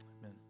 Amen